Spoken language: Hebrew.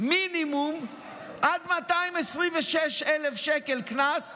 מינימום ועד 226,000 שקל קנס